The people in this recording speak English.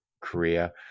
Korea